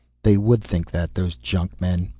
they would think that, those junkmen.